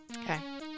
Okay